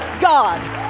God